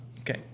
Okay